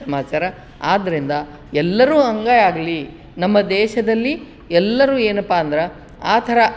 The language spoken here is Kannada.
ಸಮಾಚಾರ ಆದ್ದರಿಂದ ಎಲ್ಲರೂ ಹಂಗೆ ಆಗಲಿ ನಮ್ಮ ದೇಶದಲ್ಲಿ ಎಲ್ಲರೂ ಏನಪ್ಪ ಅಂದ್ರೆ ಆ ಥರ